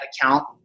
account